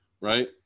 right